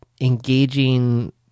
engaging